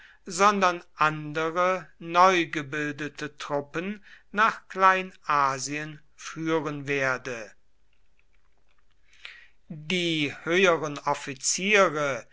sondern andere neu gebildete truppen nach kleinasien führen werde die höheren offiziere